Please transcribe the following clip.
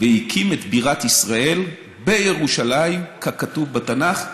והקים את בירת ישראל בירושלים, ככתוב בתנ"ך,